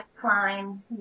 climb